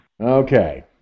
Okay